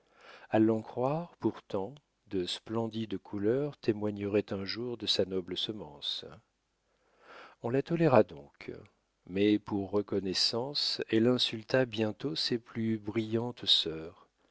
a l'en croire pourtant de splendides couleurs témoigneraient un jour de sa noble semence on la toléra donc mais par reconnaissance elle insulta bientôt ses plus brillantes sœurs